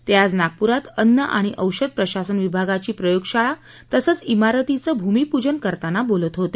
ते आज नागपुरात अन्न आणि औषध प्रशासन विभागाची प्रयोगशाळा तसंच इमारतीचं भूमिपूजन करताना बोलत होते